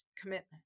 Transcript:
Commitment